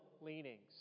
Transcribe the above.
leanings